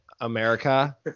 America